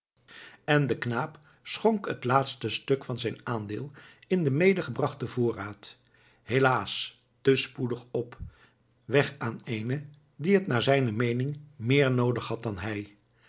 en de knaap schonk het laatste stuk van zijn aandeel in den medegebrachten voorraad helaas te spoedig op weg aan eene die het naar zijne meening meer noodig had dan hij